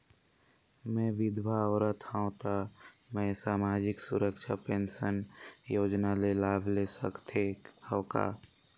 मैं विधवा औरत हवं त मै समाजिक सुरक्षा पेंशन योजना ले लाभ ले सकथे हव का?